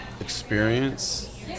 experience